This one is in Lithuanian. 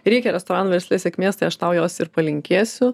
reikia restoranų versle sėkmės tai aš tau jos ir palinkėsiu